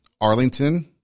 Arlington